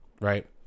right